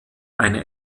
eine